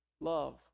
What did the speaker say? love